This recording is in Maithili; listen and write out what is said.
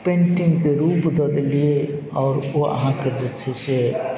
पेन्टिंगके रूप दऽ देलियै आओर ओ अहाँके जे छै से